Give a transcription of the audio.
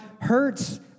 hurts